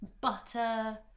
butter